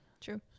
True